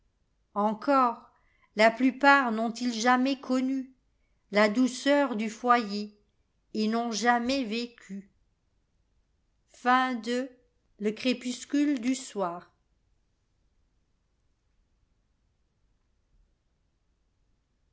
encoi c la plupart n'ont-ils jamais connula douceur du foyer et n'ont jamais vécul cxx le